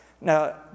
Now